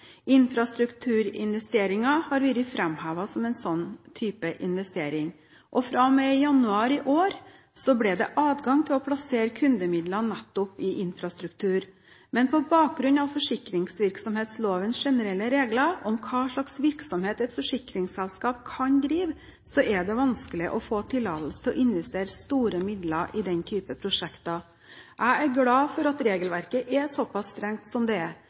Infrastrukturinvesteringer har vært framhevet som en sånn type investering. Fra og med januar i år ble det adgang til å plassere kundemidler nettopp i infrastruktur. Men på bakgrunn av forsikringsvirksomhetslovens generelle regler om hva slags virksomhet et forsikringsselskap kan drive, er det vanskelig å få tillatelse til å investere store midler i den slags prosjekter. Jeg er glad for at regelverket er såpass strengt som det er,